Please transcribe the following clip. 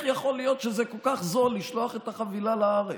יכול להיות כל כך זול לשלוח את החבילה לארץ.